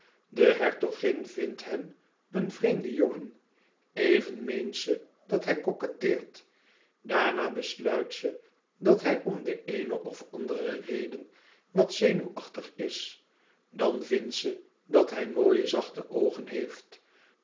de hertogin vindt hem een vreemden jongen even meent ze dat hij coquetteert daarna besluit ze dat hij om de eene of andere reden wat zenuwachtig is dan vindt ze dat hij mooie zachte oogen heeft